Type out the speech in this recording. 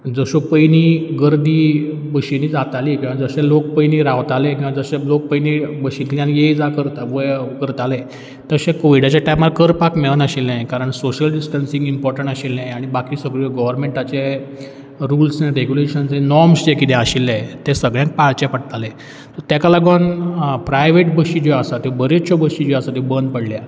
जश्यो पयलीं गर्दी बशीनी जाताली किंवां जशें लोक पयलीं रावताले किंवां जशे लोक पयलीं बशींतल्यान ये जा करता वय करताले तशें कोविडाच्या टायमार करपाक मेळनाशिल्लें कारण सोशल डिस्टन्सींग इंपोर्टण्ट आशिल्लें आनी बाकी सगळ्यो गॉवरमँटाचे रुल्स एन रॅगुलेशन्स जे नॉर्म्स जे कितें आशिल्ले ते सगळ्यांक पाळचे पडटाले सो तेका लागोन प्रायवेट बशी ज्यो आसा त्यो बरेतश्यो बशी ज्यो आसा त्यो बंद पडल्या